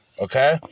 Okay